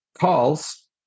calls